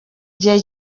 gihe